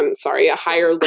and sorry, a higher